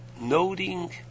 noting